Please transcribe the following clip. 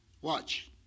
Watch